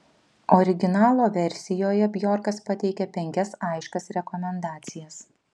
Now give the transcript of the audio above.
originalo versijoje bjorkas pateikia penkias aiškias rekomendacijas